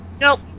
nope